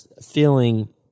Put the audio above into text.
feeling